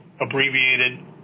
abbreviated